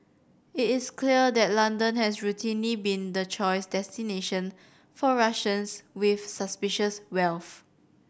it is clear that London has routinely been the choice destination for Russians with suspicious wealth